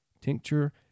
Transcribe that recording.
tincture